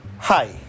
Hi